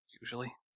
usually